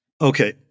Okay